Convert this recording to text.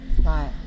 Right